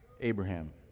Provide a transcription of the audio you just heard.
Abraham